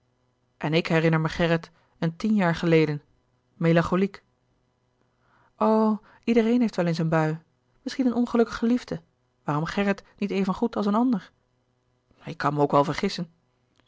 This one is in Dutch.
en ik herinner me gerrit een tien jaar geleden melancholiek o ieder heeft wel eens een bui misschien een ongelukkige liefde waarom gerrit niet even goed als een ander ik kan me ook wel vergissen